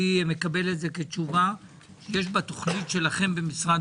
אני מקבל את זה כתשובה שיש בתוכנית שלכם במשרד